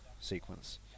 sequence